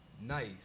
nice